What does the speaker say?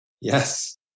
Yes